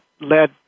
led